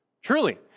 Truly